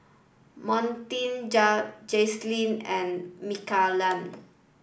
Montie Jacalyn and